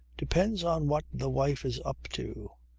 depends on what the wife is up to.